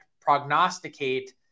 prognosticate